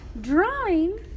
drawing